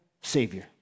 savior